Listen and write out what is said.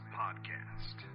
podcast